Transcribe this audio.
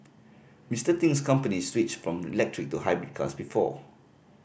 Mister Ting's company switched from electric to hybrid cars before